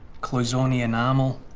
cloisonne enamel.